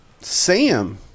Sam